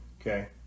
okay